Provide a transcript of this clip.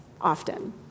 often